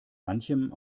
manchem